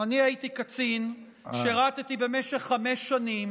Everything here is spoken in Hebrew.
אני הייתי קצין, שירתי במשך חמש שנים.